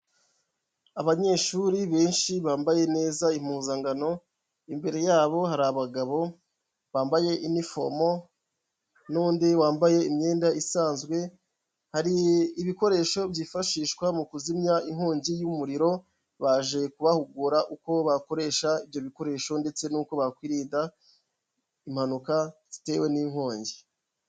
Abanyeshuri benshi bambaye neza impuzankano, imbere yabo hari abagabo bambaye inifomo n'undi wambaye imyenda isanzwe, hari ibikoresho byifashishwa mu kuzimya inkongi y'umuriro, baje kubahugura uko bakoresha ibyo bikoresho ndetse n'uko bakwirinda impanuka zitewe n'inkongi.